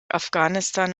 afghanistan